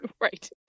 Right